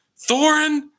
Thorin